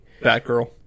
Batgirl